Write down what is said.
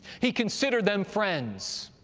he considered them friends,